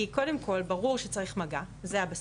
ברור שצריך מגע, זה הבסיס.